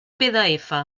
pdf